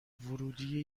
ورودی